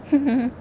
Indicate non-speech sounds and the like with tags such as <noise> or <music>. <laughs>